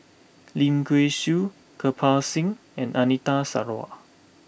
Lim Kay Siu Kirpal Singh and Anita Sarawak